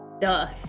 Duh